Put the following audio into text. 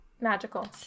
Magical